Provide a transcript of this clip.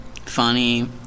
funny